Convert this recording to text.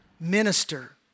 minister